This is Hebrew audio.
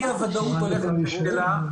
אי הוודאות הולכת וגדלה.